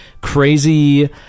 crazy